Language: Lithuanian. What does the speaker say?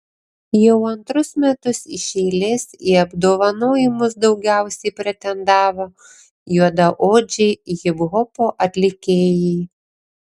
jau antrus metus iš eilės į apdovanojimus daugiausiai pretendavo juodaodžiai hiphopo atlikėjai